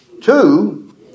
Two